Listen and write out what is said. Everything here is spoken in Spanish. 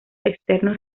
externos